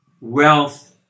wealth